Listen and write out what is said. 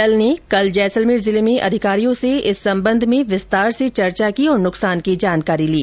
दल ने कल जैसलमेर जिले में अधिकारियों से इस संबंध में विस्तार से चर्चा की और नुकसान की जानकारी ली